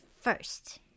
first